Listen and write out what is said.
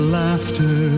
laughter